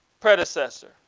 predecessor